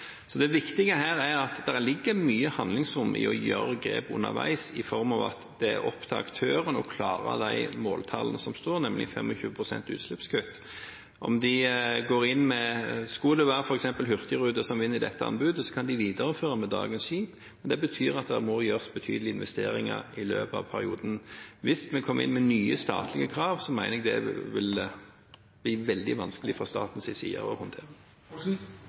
handlingsrom i å ta grep underveis i form av at det er opp til aktørene å klare måltallene, nemlig 25 pst. utslippskutt. Skulle det f.eks. være Hurtigruten som vinner dette anbudet, kan de videreføre med dagens skip. Det betyr at det må gjøres betydelige investeringer i løpet av perioden. Hvis vi kommer inn med nye statlige krav, mener jeg det vil bli veldig vanskelig å håndtere fra statens side. Jeg takker for svaret. Utvikling og teknologi kommer ikke av seg selv, verken på land eller sjø. Hvis myndighetene ikke setter krav, er det grunn til å